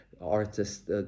artists